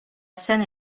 scène